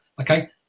okay